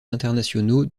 internationaux